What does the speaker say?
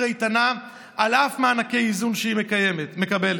איתנה על אף מענקי איזון שהיא מקבלת.